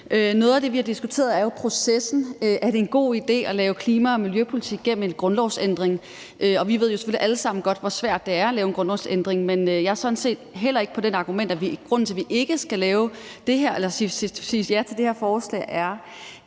Noget af det, vi har diskuteret, er jo processen: Er det en god idé at lave klima- og miljøpolitik gennem en grundlovsændring? Vi ved selvfølgelig alle sammen godt, hvor svært det er at lave en grundlovsændring. Jeg er sådan set heller ikke med på det argument, at grunden til, at vi ikke skal sige ja til det her forslag, er,